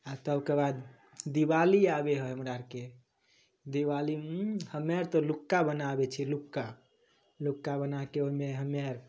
आओर तबके बाद दिवाली आबै हइ हमरा आरके दिवालीमे हमे आर तऽ लुक्का बनाबै छिए लुक्का लुक्का बनाके ओहिमे हमे आर